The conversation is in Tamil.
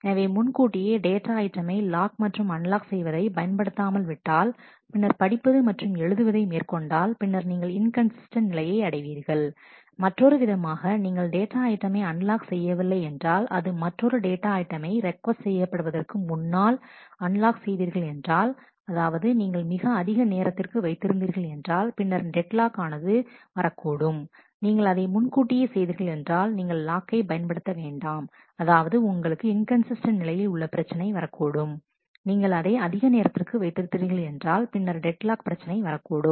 எனவே முன்கூட்டியே டேட்டா ஐட்டமை லாக் மற்றும் அன்லாக் செய்வதை பயன்படுத்தாமல் விட்டாள் பின்னர் படிப்பது அல்லது எழுதுவதை மேற்கொண்டால் பின்னர் நீங்கள் இன்கன்சிஸ்டன்ட் நிலையை அடைவீர்கள் மற்றொரு விதமாக நீங்கள் டேட்டா ஐட்டமை அன்லாக் செய்ய வில்லை என்றால் அது மற்றொரு டேட்டா ஐட்டமை ரெக் கோஸ்ட் செய்யப்படுவதற்கு முன்னால் அன்லாக் செய்தீர்கள் என்றால் அதாவது நீங்கள் மிக அதிக நேரத்திற்கு வைத்திருந்தீர்கள் என்றால் பின்னர் டெட் லாக் ஆனது வரக்கூடும்நீங்கள் அதை முன்கூட்டியே செய்தீர்கள் என்றால் நீங்கள் லாக்கை பயன்படுத்த வேண்டாம் அதாவது உங்களுக்கு இன்கன்சிஸ்டன்ட் நிலையில் உள்ள பிரச்சினை வரக்கூடும் நீங்கள் அதை அதிக நேரத்திற்கு வைத்திருந்தீர்கள் என்றால் பின்னர் டெட் லாக் பிரச்சனை வரக்கூடும்